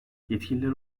yetkililer